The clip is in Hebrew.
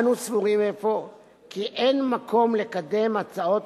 אנו סבורים אפוא כי אין מקום לקדם הצעות